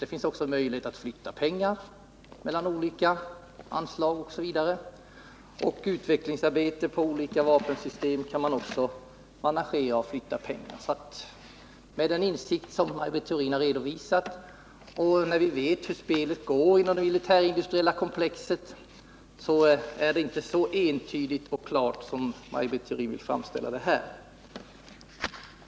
Det finns möjligheter att flytta pengar mellan olika anslag osv., och det gäller också för anslag för utvecklingsarbete när det gäller olika vapensystem. Mot bakgrund av den insikt som Maj Britt Theorin har redovisat och när vi vet hur spelet går till inom det militärindustriella komplexet, är det hela inte så entydigt och klart som Maj Britt Theorin vill framställa det här.